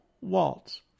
waltz